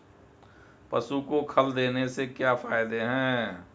पशु को खल देने से क्या फायदे हैं?